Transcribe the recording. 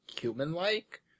human-like